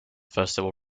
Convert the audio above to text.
festival